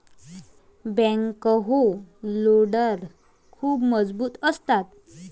backhoe loader खूप मजबूत असतात